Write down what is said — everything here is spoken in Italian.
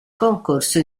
concorso